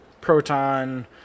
Proton